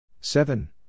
Seven